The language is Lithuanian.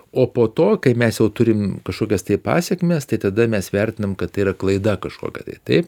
o po to kai mes jau turim kažkokias tai pasekmes tai tada mes vertinam kad yra klaida kažkokia tai taip